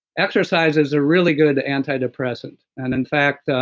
exercise is a really good antidepressant. and in fact,